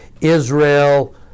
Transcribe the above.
Israel